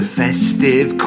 festive